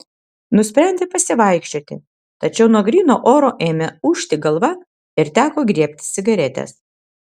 nusprendė pasivaikščioti tačiau nuo gryno oro ėmė ūžti galva ir teko griebtis cigaretės